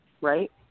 right